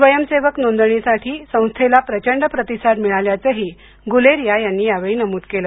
स्वयंसेवक नोंदणीसाठी संस्थेला प्रचंड प्रतिसाद मिळाल्याचंही गुलेरिया यांनी नमूद केलं